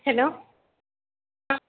hello ஆ